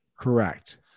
Correct